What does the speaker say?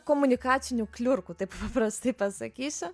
komunikacinių kliurkų taip paprastai pasakysiu